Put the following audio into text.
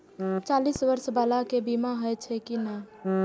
चालीस बर्ष बाला के बीमा होई छै कि नहिं?